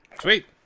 sweet